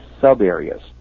sub-areas